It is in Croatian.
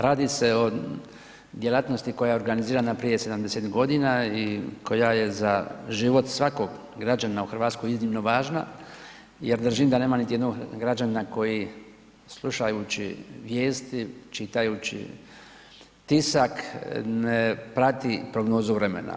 Radi se o djelatnosti koja je organizirana prije 70 godina i koja je za život svakog građanina u Hrvatskoj iznimno važna jer držim da nema niti jednog građanina koji slušajući vijesti, čitajući tisak ne prati prognozu vremena.